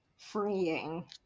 freeing